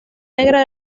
negra